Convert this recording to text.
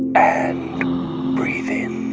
and breathe in